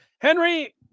Henry